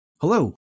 Hello